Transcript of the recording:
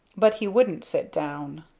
but he wouldn't sit down.